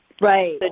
Right